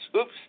Oops